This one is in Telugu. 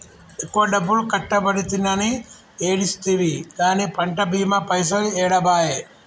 ఎక్కువ డబ్బులు కట్టబడితినని ఏడిస్తివి గాని పంట బీమా పైసలు ఏడబాయే